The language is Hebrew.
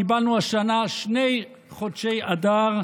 קיבלנו השנה שני חודשי אדר,